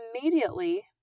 immediately